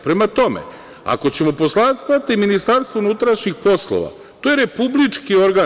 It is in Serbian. Prema tome, ako ćemo posmatrati Ministarstvo unutrašnjih poslova, to je republički organ.